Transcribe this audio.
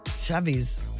Chevy's